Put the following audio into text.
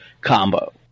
combo